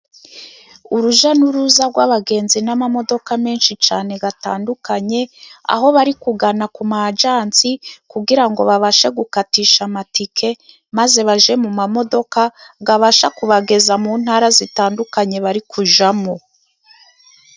Uruja n'uruza rw'abagenzi n'amamodoka menshi cyane atandukanye, aho bari kugana ku majansi, kugira ngo babashe gukatisha amatike, maze bajye mu mamodoka abafasha kubageza mu ntara zitandukanye bari kujyamo.